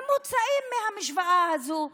הם מוצאות מהמשווה הזאת,